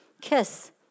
Kiss